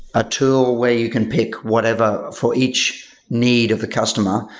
a tool where you can pick whatever for each need of a customer.